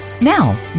Now